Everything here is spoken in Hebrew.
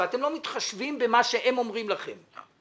אתם לא מתחשבים במה שהם אומרים לכם.